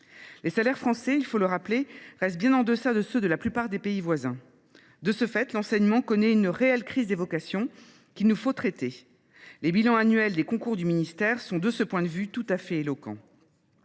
les salaires français restent bien en deçà de ceux de la plupart des pays voisins. De ce fait, l’enseignement connaît une réelle crise des vocations, qu’il nous faut traiter. Les bilans annuels des concours du ministère sont, de ce point de vue, tout à fait éloquents.